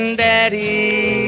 daddy